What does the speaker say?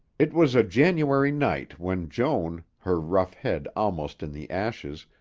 it was a january night when joan, her rough head almost in the ashes,